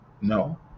No